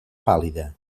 pàl·lida